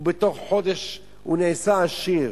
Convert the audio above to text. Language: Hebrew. הוא בתוך חודש נעשה עשיר,